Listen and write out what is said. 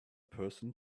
person